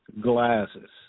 Glasses